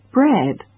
Bread